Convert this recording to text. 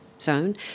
zone